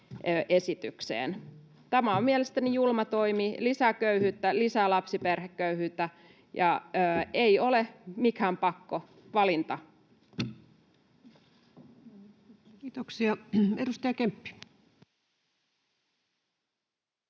esitykseen. Tämä on mielestäni julma toimi, lisää köyhyyttä, lisää lapsiperheköyhyyttä ja ei ole mikään pakkovalinta. Kiitoksia. — Edustaja Kemppi.